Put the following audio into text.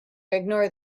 ignore